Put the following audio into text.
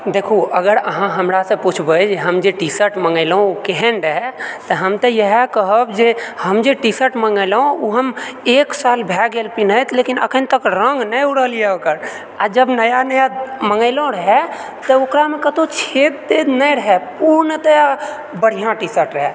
देखू अगर अहाँ हमरासँ पुछबै जे हम जे टी शर्ट मङ्गेलौ उ केहन रहै तऽ हम तऽ इहे कहब जे हम जे टी शर्ट मङ्गेलौं उ हम एक साल भए गेल पिहनैत लेकिन अखनि तक रङ्ग नहि उड़ल यऽ ओकर आओर जब नया नया मङ्गेलौ रहै तऽ ओकरामे कतौ छेद तेद नहि रहै पूर्णतया बढ़िआँ टी शर्ट रहै